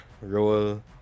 roll